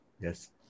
Yes